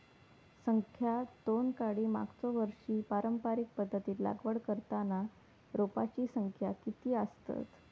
संख्या दोन काडी मागचो वर्षी पारंपरिक पध्दतीत लागवड करताना रोपांची संख्या किती आसतत?